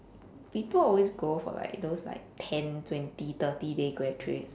people always go for like those like ten twenty thirty day grad trips